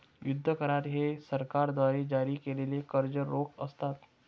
युद्ध करार हे सरकारद्वारे जारी केलेले कर्ज रोखे असतात